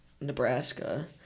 Nebraska